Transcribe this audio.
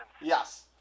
Yes